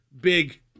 big